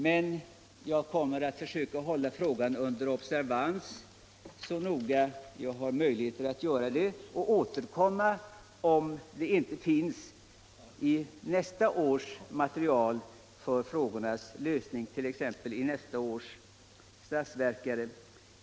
Men jag kommer att försöka hålla frågan under observation så noga som jag har möjligheter att göra det och återkomma om det i nästa års material — t.ex. budgetpropositionen — inte finns något förslag om frågornas lösning.